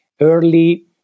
early